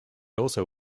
also